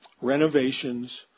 renovations